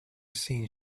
seen